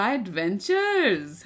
adventures